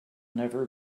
never